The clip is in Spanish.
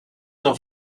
una